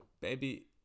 Baby